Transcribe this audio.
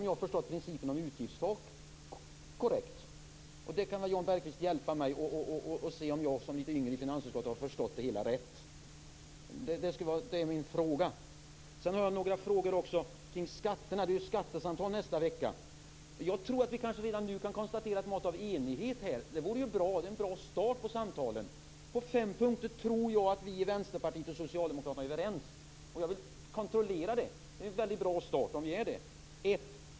Jan Bergqvist kan väl hjälpa mig, som är litet yngre i finansutskottet, att se om jag har förstått detta rätt. Jag har också några frågor om skatterna. Det skall ju föras skattesamtal nästa vecka. Jag tror att vi kanske redan nu kan konstatera ett mått av enighet här. Det vore en bra start på samtalen. Jag tror att vi i Vänsterpartiet och socialdemokraterna är överens på fem punkter, och jag vill kontrollera det. 1.